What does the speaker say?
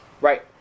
Right